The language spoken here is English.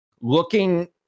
looking